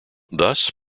thus